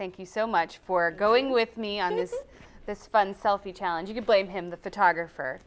thank you so much for going with me on is this fun selfie challenge you can blame him the photographer